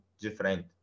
different